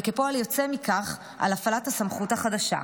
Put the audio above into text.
וכפועל יוצא מכך על הפעלת הסמכות החדשה.